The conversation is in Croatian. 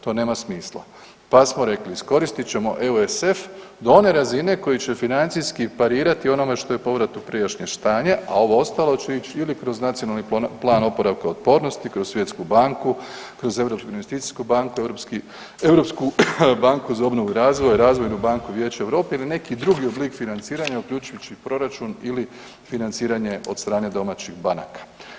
To nema smisla, pa smo rekli iskoristit ćemo EUSF do one razine koja će financijski parirati onome što je povrat u prijašnje stanje, a ovo ostalo će ići ili kroz NPOO, kroz Svjetsku banku, kroz Europsku investicijsku banku, Europsku banku za obnovu i razvoj, Razvojnu banku Vijeća Europe ili neki drugi oblik financiranja uključujući proračun ili financiranje od strane domaćih banaka.